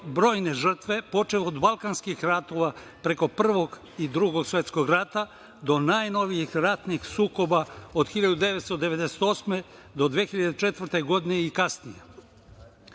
brojne žrtve, počev od balkanskih ratova, preko Prvog i Drugog svetskog rata, do najnovijih ratnih sukoba od 1998. do 2004. godine i kasnije. Posebno